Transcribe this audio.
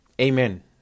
Amen